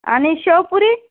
आणि शेवपुरी